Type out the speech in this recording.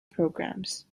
programs